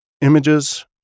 images